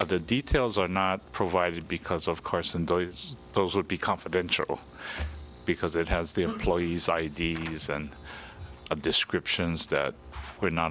of the details are not provided because of course and those would be confidential because it has the employees i d s and descriptions that were not